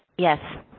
yes.